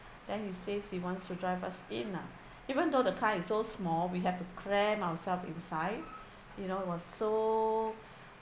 then he says he wants to drive us in lah even though the car is so small we have to cram ourselves inside you know it was so